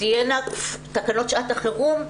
תקנות שעת החירום,